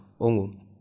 Ongu